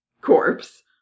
corpse